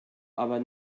aber